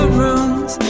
rooms